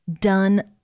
done